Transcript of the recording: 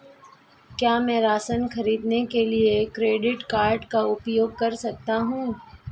क्या मैं राशन खरीदने के लिए क्रेडिट कार्ड का उपयोग कर सकता हूँ?